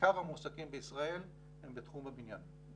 עיקר המועסקים בישראל הם בתחום הבניין.